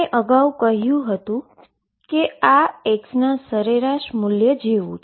આપણે અગાઉ કહ્યું હતું કે આ x ના એવરેજ વેલ્યુ જેવું છે